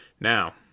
Now